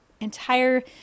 entire